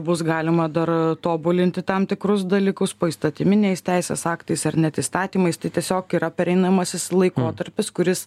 bus galima dar tobulinti tam tikrus dalykus poįstatyminiais teisės aktais ar net įstatymais tai tiesiog yra pereinamasis laikotarpis kuris